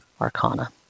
Arcana